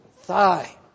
thigh